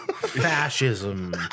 Fascism